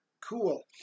cool